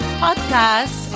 podcast